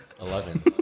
Eleven